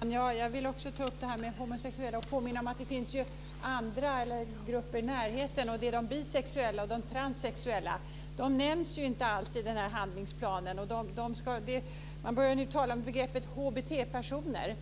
Herr talman! Jag vill också ta upp frågan om de homosexuella, och påminna om att det också finns andra grupper i närheten. Jag tänker på de bisexuella och de transsexuella. De nämns inte alls i handlingsplanen. Man börjar nu tala om begreppet HBT personer.